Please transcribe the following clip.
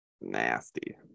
nasty